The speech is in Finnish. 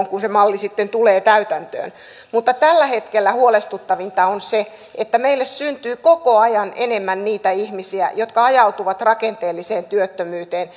kun se malli sitten tulee täytäntöön mutta tällä hetkellä huolestuttavinta on se että meillä syntyy koko ajan enemmän niitä ihmisiä jotka ajautuvat rakenteelliseen työttömyyteen